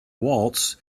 waltz